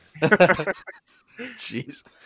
Jeez